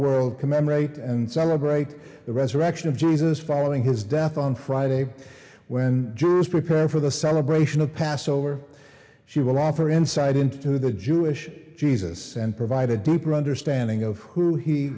world commemorate and celebrate the resurrection of jesus following his death on friday when preparing for the celebration of passover she will offer insight into the jewish jesus and provide a deeper understanding of who he